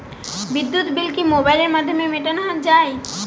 বিদ্যুৎ বিল কি মোবাইলের মাধ্যমে মেটানো য়ায়?